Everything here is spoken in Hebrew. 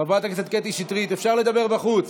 חברת הכנסת קטי שטרית, אפשר לדבר בחוץ.